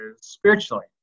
spiritually